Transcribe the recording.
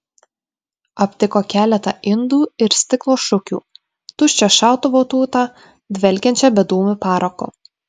aptiko keletą indų ir stiklo šukių tuščią šautuvo tūtą dvelkiančią bedūmiu paraku